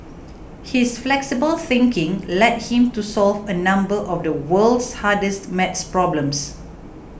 his flexible thinking led him to solve a number of the world's hardest math problems